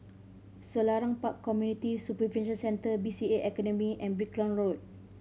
Selarang Park Community Supervision Center B C A Academy and Brickland Road